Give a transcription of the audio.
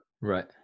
Right